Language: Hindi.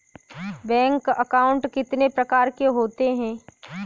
बैंक अकाउंट कितने प्रकार के होते हैं?